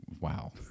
Wow